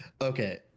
Okay